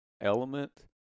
element